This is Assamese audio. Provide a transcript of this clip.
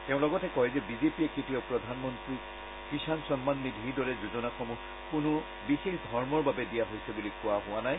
তেওঁ লগতে কয় যে বিজেপিয়ে কেতিয়াও প্ৰধানমন্ত্ৰী কিষাণ সন্মান নিধিৰ দৰে যোজনাসমূহ কোনো বিশেষ ধৰ্মৰ বাবে দিয়া হৈছে বুলি কোৱা নাই